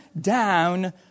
down